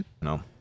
No